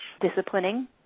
Disciplining